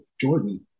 Jordan